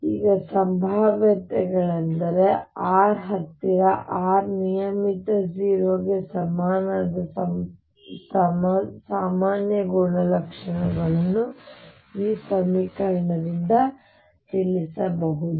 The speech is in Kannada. ಈಗ ಸಂಭಾವ್ಯತೆಗಳೆಂದರೆ r ಹತ್ತಿರ r ನಿಯಮಿತ 0 ಸಮನಾದ ಸಾಮಾನ್ಯ ಗುಣಲಕ್ಷಣಗಳನ್ನು ಈ ಸಮೀಕರಣದಿಂದ ತಿಳಿಸಬಹುದು